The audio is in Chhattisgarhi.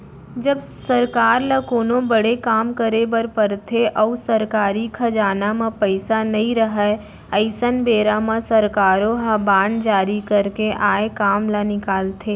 जब सरकार ल कोनो बड़े काम करे बर परथे अउ सरकारी खजाना म पइसा नइ रहय अइसन बेरा म सरकारो ह बांड जारी करके आए काम ल निकालथे